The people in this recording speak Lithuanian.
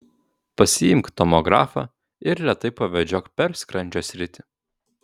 pasiimk tomografą ir lėtai pavedžiok per skrandžio sritį